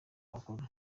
bakora